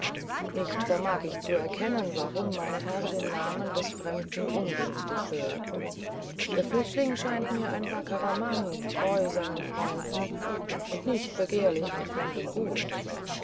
nicht vermag ich zu erkennen warum mein herr den namen des fremden ungünstig hört der flüchtling scheint mir ein wackerer mann treu seinen freunden und nicht begehrlich nach fremdem gut